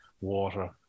water